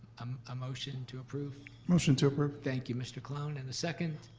um a motion to approve? motion to approve. thank you, mr. colon. and the second?